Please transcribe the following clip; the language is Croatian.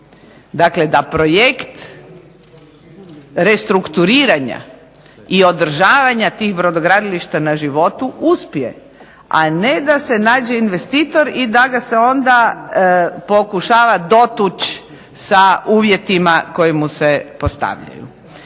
Dakle, da projekt restrukturiranja i održavanja tih brodogradilišta na životu uspije a ne da se nađe investitor i da ga se onda pokušava dotući sa uvjetima koji mu se postavljaju.